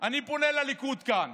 אני פונה לליכוד כאן